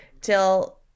till